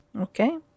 Okay